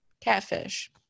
catfish